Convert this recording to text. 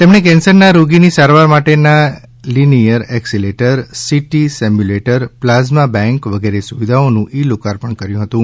તેમણે કેન્સરના રોગીની સારવાર માટેના linear accelerator CT simulator plasma bank વગેરે સુવિધાઓનું ઈ લોકાર્પણ કર્યું હતું